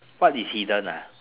what is hidden ah